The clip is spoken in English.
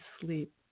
sleep